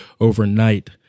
overnight